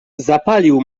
zapalił